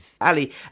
Ali